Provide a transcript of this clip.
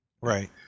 Right